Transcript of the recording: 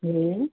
जी